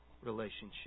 relationship